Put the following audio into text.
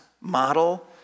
model